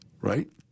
Right